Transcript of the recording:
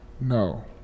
No